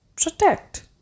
protect